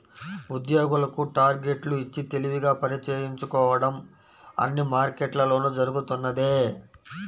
ఉద్యోగులకు టార్గెట్లు ఇచ్చి తెలివిగా పని చేయించుకోవడం అన్ని మార్కెట్లలోనూ జరుగుతున్నదే